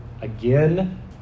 again